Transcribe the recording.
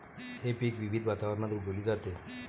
हे पीक विविध वातावरणात उगवली जाते